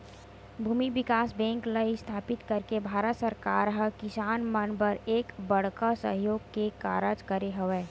भूमि बिकास बेंक ल इस्थापित करके भारत सरकार ह किसान मन बर एक बड़का सहयोग के कारज करे हवय